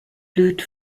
blüht